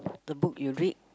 the book you read